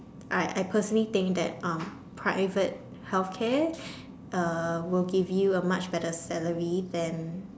I I personally think that um private healthcare uh will give you a much better salary than